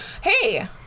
hey